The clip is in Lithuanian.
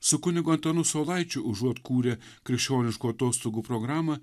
su kunigu antanu saulaičiu užuot kūrę krikščioniškų atostogų programą